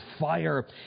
fire